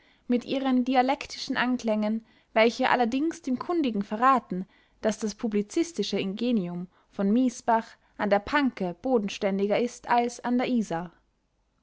mit ihren dialektischen anklängen welche allerdings dem kundigen verraten daß das publizistische ingenium von miesbach an der panke bodenständiger ist als an der isar